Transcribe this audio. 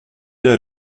der